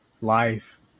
life